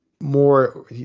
more